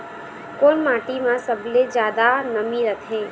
कोन माटी म सबले जादा नमी रथे?